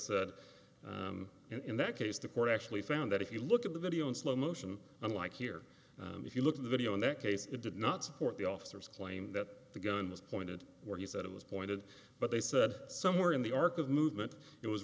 said in that case the court actually found that if you look at the video in slow motion unlike here if you look at the video in that case it did not support the officers claim that the gun was pointed where you said it was pointed but they said somewhere in the arc of movement it was